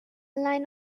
line